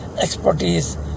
expertise